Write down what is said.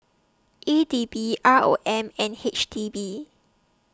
E D B R O M and H D B